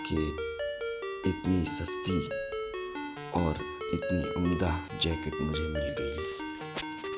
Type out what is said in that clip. کہ اتنی سستی اور اتنی عمدہ جیکیٹ مجھے مل گئی